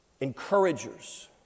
encouragers